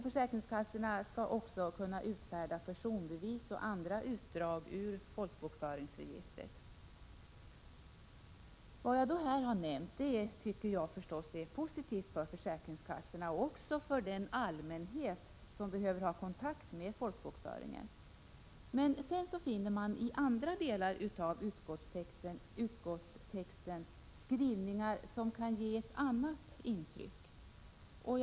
Försäkringskassorna skall även kunna utfärda personbevis och andra utdrag ur folkbokföringsregistret. Vad jag här nämnt är enligt min mening positivt för försäkringskassorna och också för den allmänhet som behöver ha kontakt med folkbokföringen. Dock finner man i andra delar av utskottstexten skrivningar som kan ge annat intryck.